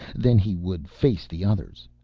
then he would face the others.